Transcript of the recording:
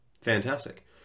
Fantastic